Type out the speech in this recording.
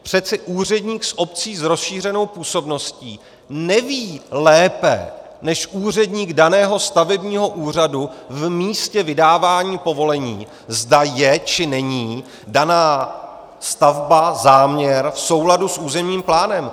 Přeci úředník z obcí z rozšířenou působností neví lépe než úředník daného stavebního úřadu v místě vydávání povolení, zda je, či není daná stavba, záměr v souladu s územním plánem.